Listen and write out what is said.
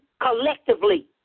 collectively